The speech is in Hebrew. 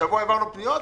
השבוע העברנו פניות,